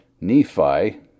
Nephi